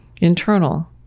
internal